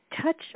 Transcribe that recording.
touch